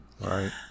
Right